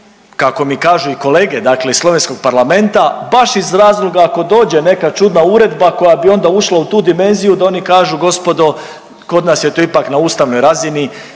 kako mi kažu i kolege iz Slovenskog parlamenta baš iz razloga ako dođe neka čudna uredba koja bi onda došla u tu dimenziju da oni kažu gospodo kod nas je to ipak na ustavnoj razini